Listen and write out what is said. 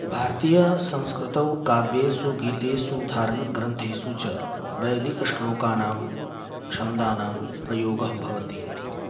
भारतीये संस्कृतौ काव्येषु गीतेषु धार्मिकग्रन्थेषु च वैदिकश्लोकानां छन्दानां प्रयोगः भवति